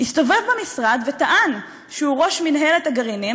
הסתובב במשרד וטען שהוא ראש מינהלת הגרעינים,